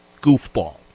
goofball